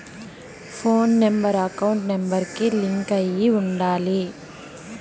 పోను number account number కి link అయ్యి ఉండాలి